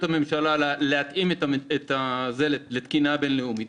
הממשלה היא להתאים את התקנות לתקינה בין-לאומית,